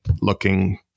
looking